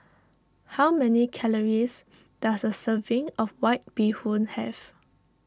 how many calories does a serving of White Bee Hoon have